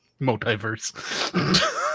multiverse